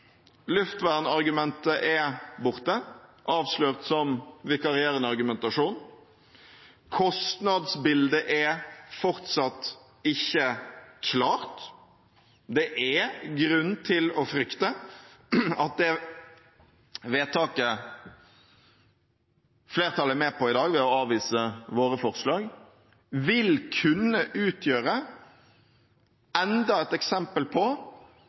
Luftvernargumentet er borte, avslørt som vikarierende argumentasjon. Kostnadsbildet er fortsatt ikke klart. Det er grunn til å frykte at det vedtaket flertallet er med på i dag – ved å avvise våre forslag – vil kunne utgjøre enda et eksempel på